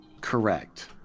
Correct